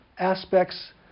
Aspects